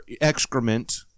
excrement